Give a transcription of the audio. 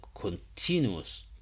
continuous